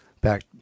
back